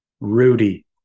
Rudy